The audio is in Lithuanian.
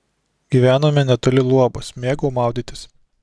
gyvenome netoli upės luobos mėgau maudytis